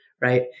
Right